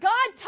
God